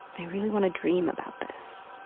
i really want to dream about this.